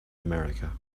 america